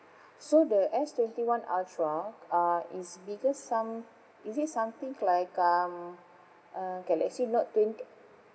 so the S twenty one ultra uh is bigger some is it something like um uh galaxy note twenty